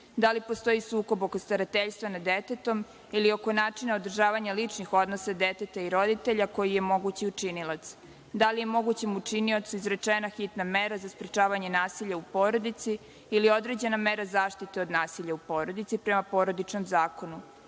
da li postoji sukob oko starateljstva nad detetom ili oko načina održavanja ličnih odnosa deteta i roditelja koji je mogući učinilac, da li je mogućem učiniocu izrečena hitna mera za sprečavanje nasilja u porodici ili je određena mera zaštite od nasilja u porodici prema Porodičnom zakonu,